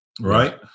right